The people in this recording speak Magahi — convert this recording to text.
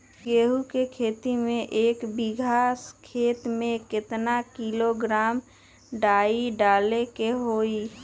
गेहूं के खेती में एक बीघा खेत में केतना किलोग्राम डाई डाले के होई?